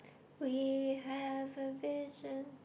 we have a vision